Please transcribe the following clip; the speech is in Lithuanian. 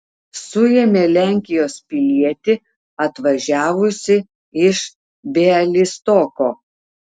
suėmė lenkijos pilietį atvažiavusį iš bialystoko